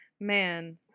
man